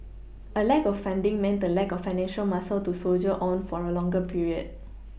a lack of funding meant a lack of financial muscle to soldier on for a longer period